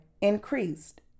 increased